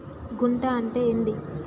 గుంట అంటే ఏంది?